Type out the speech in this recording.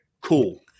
cool